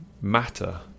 matter